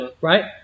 right